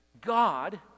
God